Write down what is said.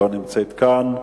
לא נמצאת כאן.